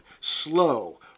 slow